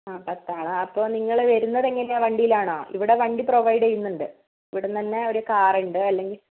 ആ പത്ത് ആൾ ആണോ അപ്പോൾ നിങ്ങൾ വരുന്നത് എങ്ങനെയാണ് വണ്ടിയിലാണോ ഇവിടെ വണ്ടി പ്രൊവൈഡ് ചെയ്യുന്നുണ്ട് ഇവിടെ നിന്നുതന്നെ ഒരു കാർ ഉണ്ട് അല്ലെങ്കിൽ